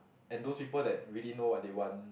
and those people that really know what they want